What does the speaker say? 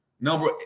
number